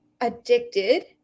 addicted